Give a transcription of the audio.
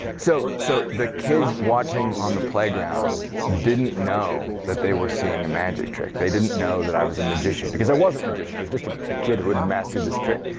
so so the kids watching on the playground didn't know that they were seeing a magic trick. they didn't know that i was a magician. because i wasn't a magician. i was just a a kid who had mastered this trick.